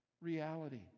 reality